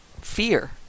fear